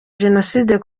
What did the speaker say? jenoside